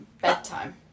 Bedtime